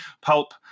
Pulp